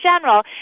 general